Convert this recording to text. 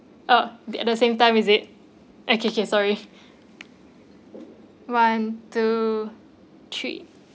oh at the same time is it okay okay sorry one two three